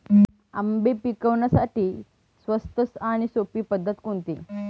आंबे पिकवण्यासाठी स्वस्त आणि सोपी पद्धत कोणती?